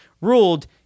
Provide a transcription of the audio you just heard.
ruled